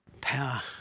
Power